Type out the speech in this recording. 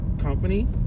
company